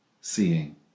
seeing